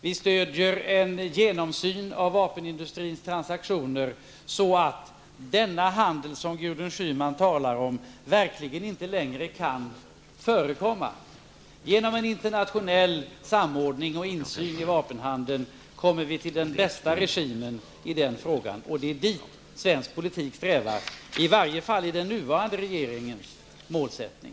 Vi stödjer en genomsyn av vapenindustrins transaktioner, så att den handel som Gudrun Schyman talar om verkligen inte längre kan förekomma. Genom en internationell samordning och insyn i vapenhandeln får vi den bästa regimen i den frågan. Det är dit svensk politik strävar, i varje fall med den nuvarande regeringens målsättning.